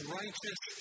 righteous